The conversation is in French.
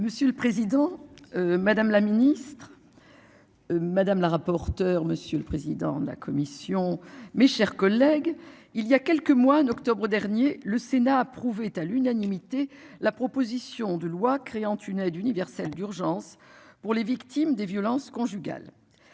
monsieur le Président. Madame la Ministre. Madame la rapporteure. Monsieur le président de la commission. Mes chers collègues. Il y a quelques mois, en octobre dernier, le Sénat a. À l'unanimité la proposition de loi créant une aide universelle d'urgence pour les victimes des violences conjugales.